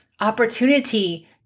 opportunity